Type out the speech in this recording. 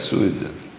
עשו את זה.